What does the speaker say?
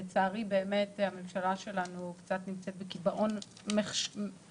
לצערי באמת הממשלה שלנו קצת נמצאת בקיבעון מחשבתי